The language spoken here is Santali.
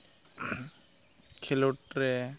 ᱠᱷᱮᱞᱳᱰ ᱨᱮ